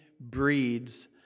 breeds